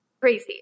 crazy